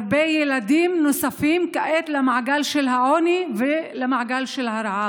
הרבה ילדים נוספים כעת למעגל העוני והרעב,